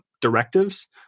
directives